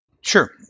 Sure